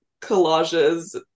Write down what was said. collages